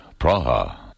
Praha